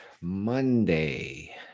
Monday